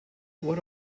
what